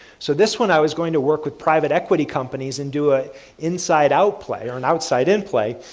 so, this one i was going to work with private equity companies, and do a inside out play or an outside in play,